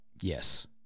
Yes